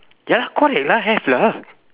ya lah correct lah have lah